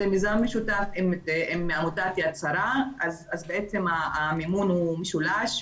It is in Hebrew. זה מיזם משותף עם עמותת יד שרה אז בעצם המימון הוא משולש,